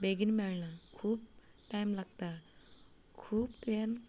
तें दर्शन घेवपाक बेगीन मेळना खूब टायम लागता खूब टायम